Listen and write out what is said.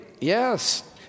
Yes